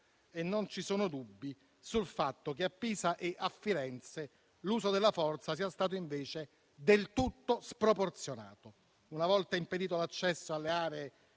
e non ci sono dubbi sul fatto che a Pisa e a Firenze l'uso della forza sia stato invece del tutto sproporzionato. Una volta impedito l'accesso alle aree